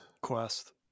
Quest